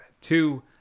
Two